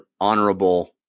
honorable